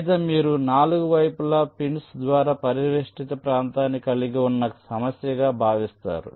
లేదా మీరు 4 వైపులా పిన్స్ ద్వారా పరివేష్టిత ప్రాంతాన్ని కలిగి ఉన్న సమస్యగా భావిస్తారు